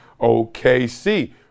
OKC